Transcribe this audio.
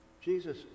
Jesus